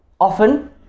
often